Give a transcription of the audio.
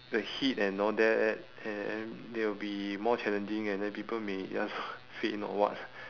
the heat and all that at and they will be more challenging and then people may just faint or what